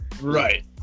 Right